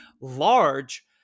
large